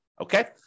Okay